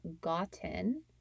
gotten